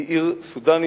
היא עיר סודנית,